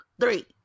three